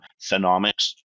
phenomics